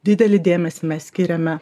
didelį dėmesį mes skiriame